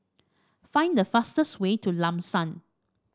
find the fastest way to Lam San